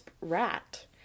Rat